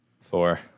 Four